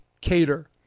Cater